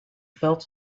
felt